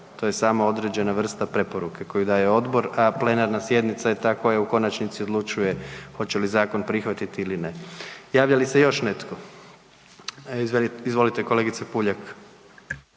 to je samo određena vrsta preporuke koju daje odbor, a plenarna sjednica je ta koja u konačnici odlučuje hoće li zakon prihvatiti ili ne. Javlja li se još netko? Izvolite kolegice Puljak.